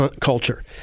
culture